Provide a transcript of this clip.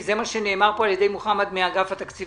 זה מה שנאמר פה על ידי מוחמד חלאילה מאגף התקציבים.